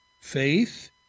Faith